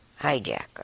hijacker